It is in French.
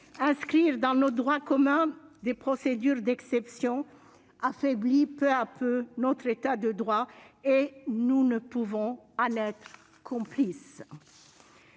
Inscrire dans notre droit commun des procédures d'exception affaiblit peu à peu notre État de droit ; nous ne saurions en être complices.